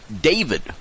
David